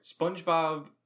Spongebob